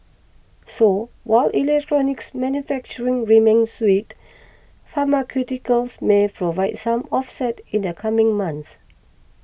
so while electronics manufacturing remains weak pharmaceuticals may provide some offset in the coming months